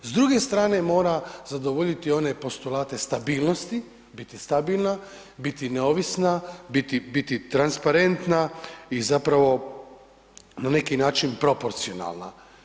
S druge strane mora zadovoljiti one postulate stabilnosti, biti stabilna, biti neovisna, biti transparentna i zapravo na neki način proporcionalna.